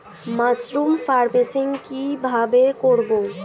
Mushroom farming কি ভাবে করব?